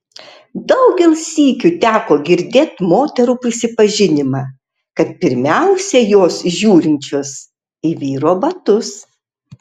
daugel sykių teko girdėt moterų prisipažinimą kad pirmiausia jos žiūrinčios į vyro batus